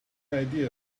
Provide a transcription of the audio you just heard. idea